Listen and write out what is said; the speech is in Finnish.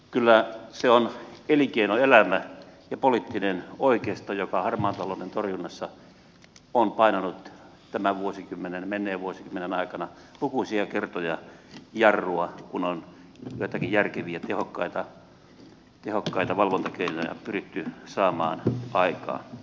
kyllä se on elinkeinoelämä ja poliittinen oikeisto joka harmaan talouden torjunnassa on painanut tämän vuosikymmenen menneen vuosikymmenen aikana lukuisia kertoja jarrua kun on joitakin järkeviä tehokkaita valvontakeinoja pyritty saamaan aikaan